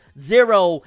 Zero